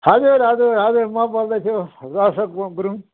हजुर हजुर हजुर म बोल्दैछु गुरूङ